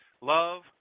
love